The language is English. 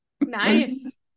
Nice